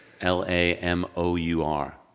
l-a-m-o-u-r